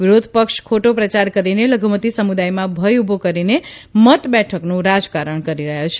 વિરોધપક્ષ ખોટો પ્રચાર કરીને લધુમતી સમુદાયમાં ભય ઉભો કરને મત બેઠકનું રાજકારણ કરી રહ્યાં છે